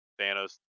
Thanos